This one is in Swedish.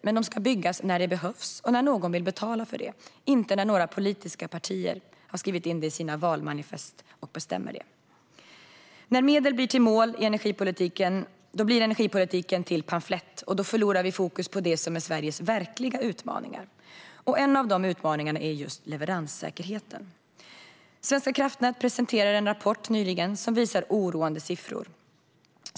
Men de ska byggas när det behövs och när någon vill betala för det, inte när några politiska partier har skrivit in det i sina valmanifest och bestämmer det. När medel blir till mål blir energipolitiken till pamflett, och då förlorar vi fokus på Sveriges verkliga utmaningar. En av dessa utmaningar är leveranssäkerheten. Svenska kraftnät presenterade nyligen en rapport som visar oroande siffror.